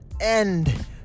end